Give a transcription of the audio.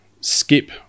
skip